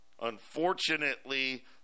Unfortunately